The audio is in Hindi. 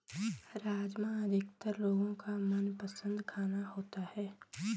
राजमा अधिकतर लोगो का मनपसंद खाना होता है